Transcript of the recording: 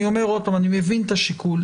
אני מבין את השיקול,